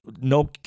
no